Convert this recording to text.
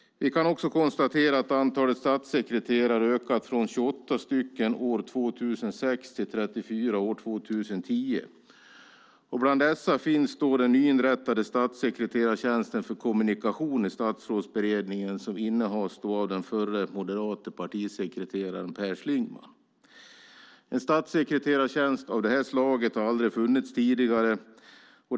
Vi kan också konstatera att antalet statssekreterare har ökat från 28 år 2006 till 34 år 2010. Bland dem finns den nyinrättade statssekreterartjänsten för kommunikation i Statsrådsberedningen som innehas av den förre moderate partisekreteraren Per Schlingmann. En statssekreterartjänst av detta slag har aldrig tidigare funnits.